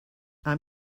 i’m